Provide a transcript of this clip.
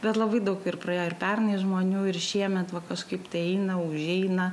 bet labai daug ir praėjo ir pernai žmonių ir šiemet va kažkaip tai eina užeina